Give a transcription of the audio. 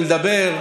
ולדבר.